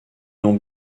nom